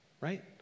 right